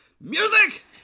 Music